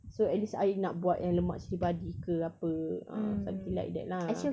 so at least I nak buat yang lemak cili padi ke apa ah something like that lah